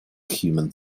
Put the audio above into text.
human